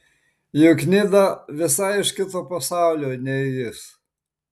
juk nida visai iš kito pasaulio nei jis